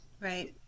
right